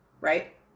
Right